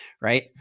right